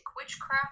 Witchcraft